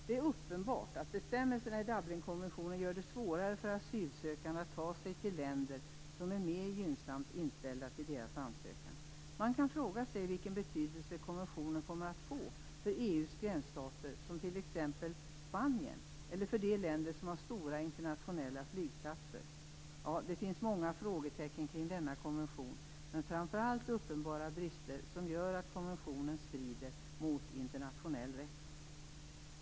Det är uppenbart att bestämmelserna i Dublinkonventionen gör det svårare för asylsökande att ta sig till länder som är mer gynnsamt inställda till deras ansökningar. Man kan fråga sig vilken betydelse konventionen kommer att få för EU:s gränsstater, som t.ex. Spanien, eller för de länder som har stora internationella flygplatser. Ja, det finns många frågetecken kring denna konvention, men framför allt uppenbara brister som gör att konventionen strider mot internationell rätt.